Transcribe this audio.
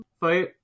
fight